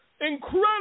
incredible